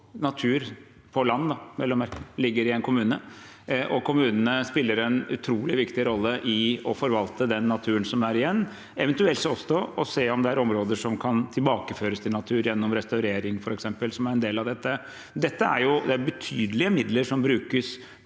natur – på land, vel å merke – ligger i en kommune, og kommunene spiller en utrolig viktig rolle i å forvalte den naturen som er igjen, eventuelt også å se om det er områder som kan tilbakeføres til natur gjennom restaurering, f.eks., som er en del av dette. Det er betydelige midler som brukes